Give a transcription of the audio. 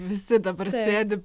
visi dabar sėdi